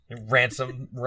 ransom